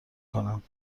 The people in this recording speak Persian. کنم